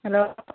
hello